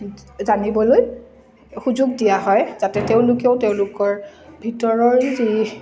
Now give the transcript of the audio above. জানিবলৈ সুযোগ দিয়া হয় যাতে তেওঁলোকেও তেওঁলোকৰ ভিতৰৰে যি